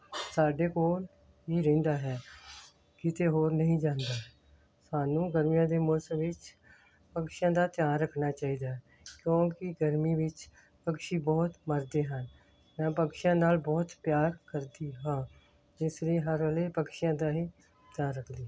ਸਾਡੇ ਕੋਲ ਹੀ ਰਹਿੰਦਾ ਹੈ ਕਿਤੇ ਹੋਰ ਨਹੀਂ ਜਾਂਦਾ ਸਾਨੂੰ ਗਰਮੀਆਂ ਦੇ ਮੌਸਮ ਵਿੱਚ ਪਕਸ਼ੀਆਂ ਦਾ ਧਿਆਨ ਰੱਖਣਾ ਚਾਹੀਦਾ ਕਿਉਂਕਿ ਗਰਮ ਵਿੱਚ ਪਕਸ਼ੀ ਬਹੁਤ ਮਰਦੇ ਹਨ ਮੈਂ ਪਕਸ਼ੀਆਂ ਨਾਲ ਬਹੁਤ ਪਿਆਰ ਕਰਦੀ ਹਾਂ ਜਿਸ ਲਈ ਹਰ ਵੇਲੇ ਹਰ ਪਕਸ਼ੀਆਂ ਦਾ ਹੀ ਖਿਆਲ ਰੱਖਦੀ ਹਾਂ